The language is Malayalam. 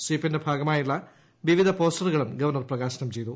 സ്വീപ്പിന്റെ ഭാഗമായുള്ള വിവിധ പോസ്റ്ററുകളും ഗവർണർ ഷ്ട്രകാശനം ചെയ്തു